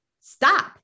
stop